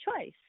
choice